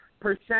Percent